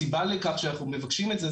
הסיבה לכך שאנחנו מבקשים את זה,